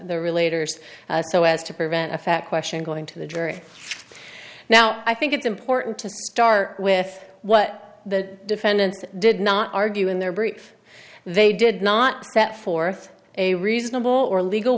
relator so as to prevent effect question going to the jury now i think it's important to start with what the defendant did not argue in their brief they did not set forth a reasonable or legal